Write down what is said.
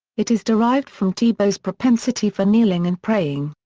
it is derived from tebow's propensity for kneeling and praying.